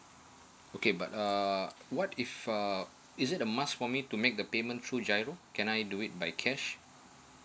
okay but uh what if uh is it a must for me to make the payment through giro can I do it by cash